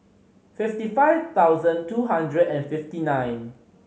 fifty five thousand two hundred and fifty nine